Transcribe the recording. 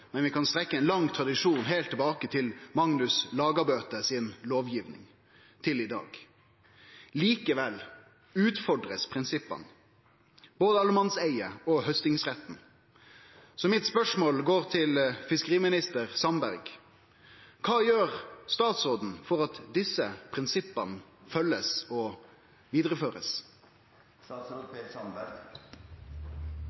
men vi kan trekkje ein lang tradisjon heilt tilbake frå Magnus Lagabøte si lovgiving til i dag. Likevel blir prinsippa utfordra, både allemannseiget og haustingsretten. Så mitt spørsmål går til fiskeriminister Sandberg: Kva gjer statsråden for at desse prinsippa blir følgde og